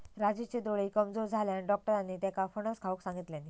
राजूचे डोळे कमजोर झाल्यानं, डाक्टरांनी त्येका फणस खाऊक सांगितल्यानी